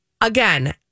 again